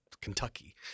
Kentucky